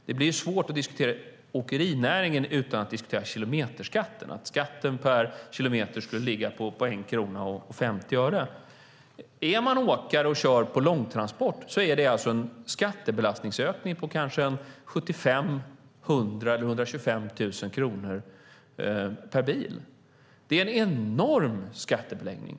Det blir svårt att diskutera åkerinäringen utan att diskutera kilometerskatten, det vill säga att skatten per kilometer skulle ligga på 1 krona och 50 öre. Är man åkare och kör långtransport är detta en skattebelastningsökning på kanske 75 000, 100 000 eller 125 000 per bil. Det är en enorm skattebeläggning.